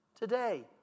today